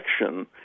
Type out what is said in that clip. election